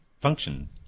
function